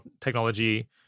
technology